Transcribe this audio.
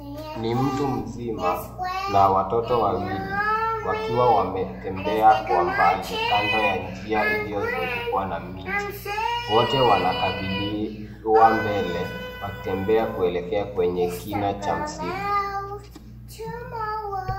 Ni mtu mzima na watoto wawili wakiwa wametembea kwa mbali kando ya njia iliyozungukwa na miti wote wanakabiliwa mbele wakitembea kuelekea kwenye kina cha msitu